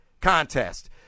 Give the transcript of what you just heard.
contest